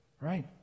right